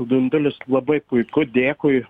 dundulid labai puiku dėkui